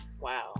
wow